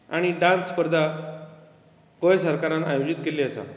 आनी डांस स्पर्धा गोंय सरकारान आयोजीत केल्ली आसा